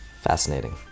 Fascinating